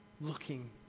Looking